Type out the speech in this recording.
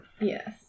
Yes